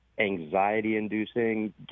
anxiety-inducing